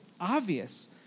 obvious